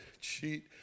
cheat